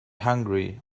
hungry